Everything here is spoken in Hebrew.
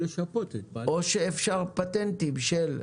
או לשפות את בעל המונית.